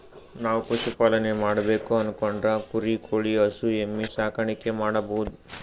ನಾವ್ ಪಶುಪಾಲನೆ ಮಾಡ್ಬೇಕು ಅನ್ಕೊಂಡ್ರ ಕುರಿ ಕೋಳಿ ಹಸು ಎಮ್ಮಿ ಸಾಕಾಣಿಕೆ ಮಾಡಬಹುದ್